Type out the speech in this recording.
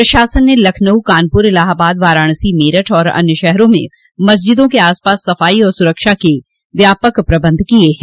प्रशासन ने लखनऊ कानपुर इलाहाबाद वाराणसी मेरठ और अन्य शहरों में मस्जिदों के आसपास सफाई और सुरक्षा के व्यांपक प्रबंध किए हैं